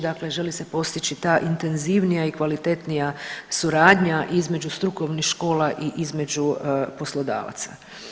Dakle, želi se postići ta intenzivnija i kvalitetnija suradnja između strukovnih škola i između poslodavaca.